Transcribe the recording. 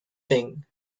thing